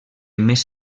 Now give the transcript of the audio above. més